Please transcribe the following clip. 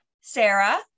Sarah